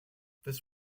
this